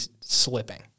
slipping